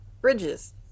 bridges